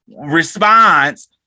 response